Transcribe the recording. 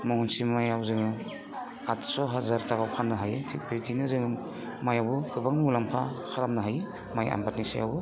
महनसे मायाव जोङो आठस' हाजार थाखायाव फाननो हायो थिख बिदिनो जों मायावबो गोबां मुलाम्फा खालामनो हायो माइ आबादनि सायावबो